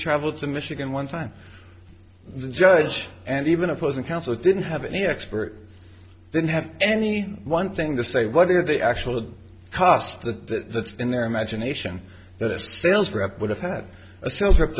traveled to michigan one time the judge and even opposing counsel didn't have any expert didn't have any one thing to say what are the actual costs that in their imagination that a sales rep would have had a sales rep